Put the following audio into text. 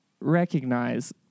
recognize